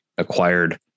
acquired